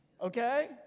okay